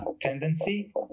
tendency